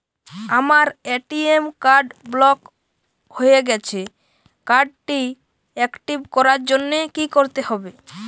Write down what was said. আমার ATM card block হয়ে গেছে কার্ড টি একটিভ করার জন্যে কি করতে হবে?